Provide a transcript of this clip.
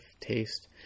taste